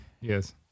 Yes